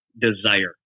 desire